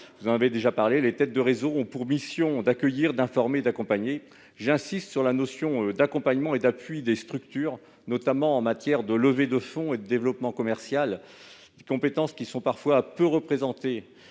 Vous avez déjà évoqué les têtes de réseaux, qui ont pour mission d'accueillir, d'informer et d'accompagner. J'insiste sur la notion d'accompagnement et d'appui des structures, notamment en matière de levée de fonds et de développement commercial, compétences parfois peu représentées